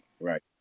right